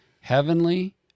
Heavenly